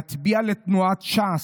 להצביע לתנועת ש"ס,